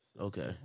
Okay